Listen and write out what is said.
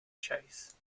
chase